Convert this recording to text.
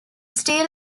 steel